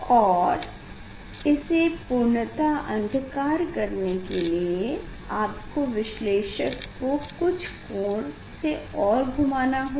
और इसे पूर्णतः अंधकार करने के लिए आपको विश्लेषक को कुछ कोण से और घुमाना होगा